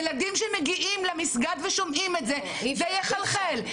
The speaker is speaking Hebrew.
ילדים שמגיעים למסגד ושומעים את זה, זה יחלחל.